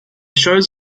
shows